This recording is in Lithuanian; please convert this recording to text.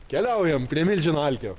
keliaujam prie milžino alkio